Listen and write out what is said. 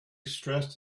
stressed